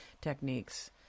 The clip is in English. techniques